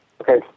Okay